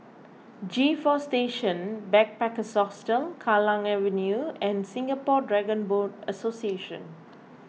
G four Station Backpackers Hostel Kallang Avenue and Singapore Dragon Boat Association